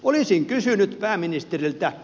olisin kysynyt pääministeriltä